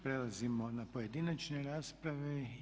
Prelazimo na pojedinačne rasprave.